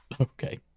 okay